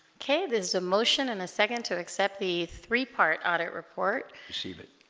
okay there's a motion in a second to accept the three-part audit report receive it